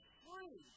free